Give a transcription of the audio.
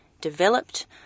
developed